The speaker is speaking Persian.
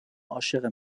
عاشق